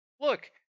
look